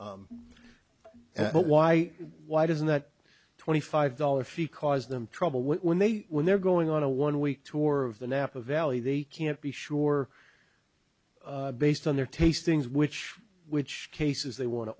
ok but why why doesn't that twenty five dollars fee cause them trouble when they when they're going on a one week tour of the napa valley they can't be sure based on their tastings which which cases they want to